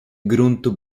gruntu